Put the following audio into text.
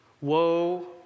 woe